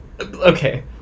Okay